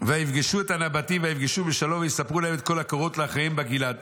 וירדפם עד שערי עכו וייפלו מן הגויים כשלושת אלפים איש וייקח את שללם.